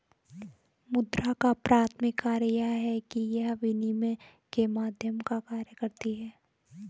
मुद्रा का प्राथमिक कार्य यह है कि यह विनिमय के माध्यम का कार्य करती है